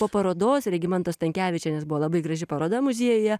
po parodos regimantos stankevičienės buvo labai graži paroda muziejuje